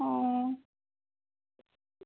ও